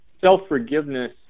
self-forgiveness